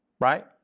right